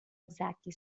exactly